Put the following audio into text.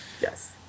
Yes